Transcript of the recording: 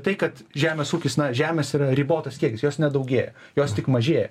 tai kad žemės ūkis na žemės yra ribotas kiekis jos nedaugėja jos tik mažėja